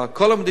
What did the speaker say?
בכל המדינות,